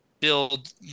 Build